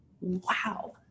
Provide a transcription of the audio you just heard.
wow